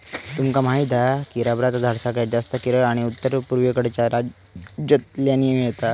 तुमका माहीत हा की रबरचा झाड सगळ्यात जास्तं केरळ आणि उत्तर पुर्वेकडच्या राज्यांतल्यानी मिळता